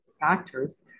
factors